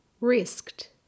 risked